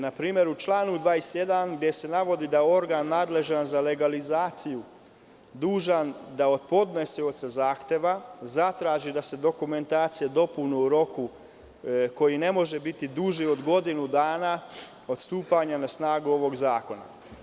Na primer u članu 21, gde se navodi da organ nadležan za legalizaciju je dužan da od podnosioca zahteva zatraži da se dostavi dokumentacija u roku koji ne može biti duži od godinu dana od stupanja na snagu ovog zakona.